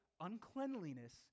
Uncleanliness